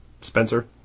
Spencer